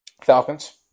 Falcons